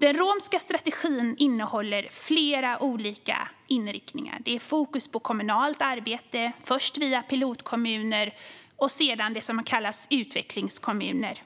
Den romska strategin innehåller flera olika inriktningar. Det är fokus på kommunalt arbete, först via pilotkommuner och sedan via det som kallas utvecklingskommuner.